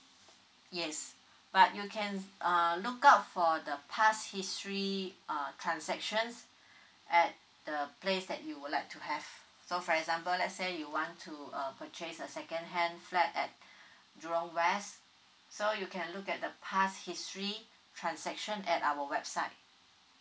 yes but you can uh look out for the past history uh transactions at the place that you would like to have so for example let's say you want to uh purchase a second hand flat at jurong west so you can look at the past history transaction at our website